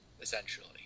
essentially